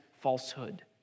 falsehood